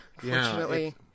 unfortunately